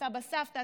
לסבא סבתא,